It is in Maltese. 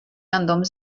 għandhom